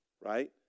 right